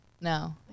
No